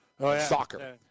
soccer